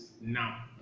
now